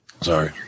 Sorry